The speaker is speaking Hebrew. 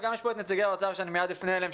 וגם יש פה את נציגי האוצר שאני מייד אפנה אליהם,